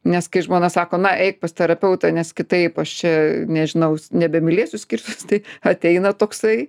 nes kai žmona sako na eik pas terapeutą nes kitaip aš čia nežinau nebemylėsiu skirsiuos tai ateina toksai